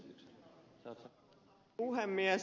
arvoisa puhemies